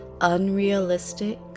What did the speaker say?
unrealistic